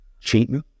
Cheating